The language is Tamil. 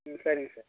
ம் சரிங்க சார்